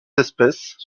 espèces